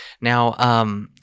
Now –